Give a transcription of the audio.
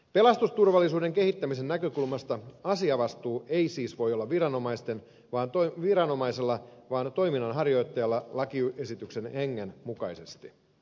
pelastusturvallisuuden kehittämisen näkökulmasta asiavastuu ei siis voi olla viranomaisella vaan toiminnanharjoittajalla lakiesityksen hengen mukaisesti